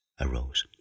arose